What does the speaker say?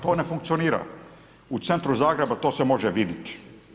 To ne funkcionira u centru Zagreba, to se može vidit.